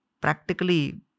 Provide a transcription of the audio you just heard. practically